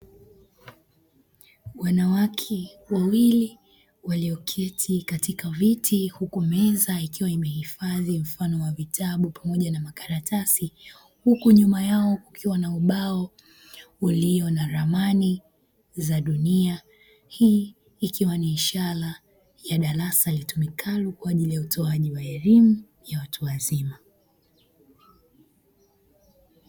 Wanawake wawili walioketi katika viti huku meza ikiwa imehifadhi mfano wa vitabu pamoja na makaratasi huku nyuma yao kukiwa na ubao ulio na ramani za dunia, hii ikiwa ni ishara ya darasa litumikalo kwa ajili ya utoaji wa elimu ya watu wazima.